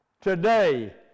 today